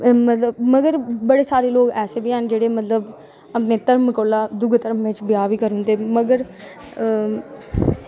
मगर बड़े सारे लोग ऐसे बी हैन जेह्ड़े मतलब अपने धर्म कोला दूऐ धर्म बिच ब्याह बी करी दिंदे मतलब अ